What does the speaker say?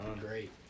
Great